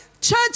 Church